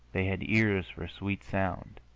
they had ears for sweet sound,